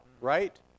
right